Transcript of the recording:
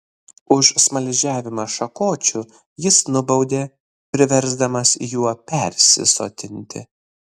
už smaližiavimą šakočiu jis nubaudė priversdamas juo persisotinti